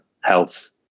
health